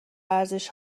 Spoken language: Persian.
ارزش